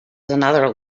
another